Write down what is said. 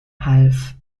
half